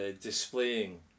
displaying